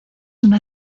una